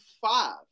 five